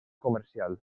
comercial